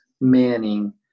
Manning